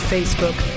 Facebook